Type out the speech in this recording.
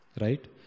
Right